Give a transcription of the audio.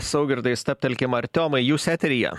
saugirdai stabtelkim artiomai jūs eteryje